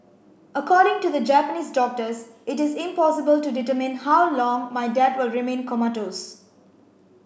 according to the Japanese doctors it is impossible to determine how long my dad will remain comatose